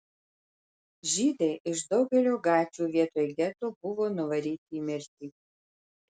žydai iš daugelio gatvių vietoj geto buvo nuvaryti į mirtį